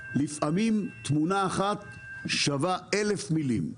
ולפעמים תמונה אחת שווה אלף מילים.